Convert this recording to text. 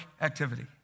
activity